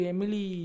Emily